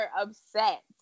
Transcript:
upset